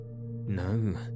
No